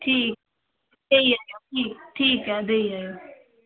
ठीक होई ठीक देई जायो